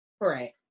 Right